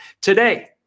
Today